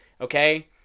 okay